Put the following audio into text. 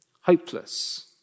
hopeless